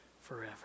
forever